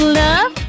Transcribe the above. love